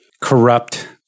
corrupt